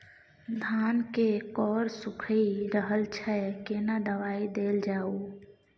धान के कॉर सुइख रहल छैय केना दवाई देल जाऊ?